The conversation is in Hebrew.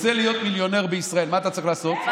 רוצה להיות מיליונר בישראל, מה אתה צריך לעשות?